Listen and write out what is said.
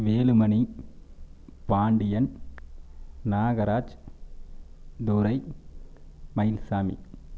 Velumani Pandian Nagaraj Durai Mayilsamy